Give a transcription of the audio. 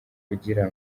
kugira